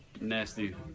nasty